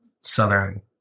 southern